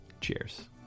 cheers